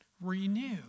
renew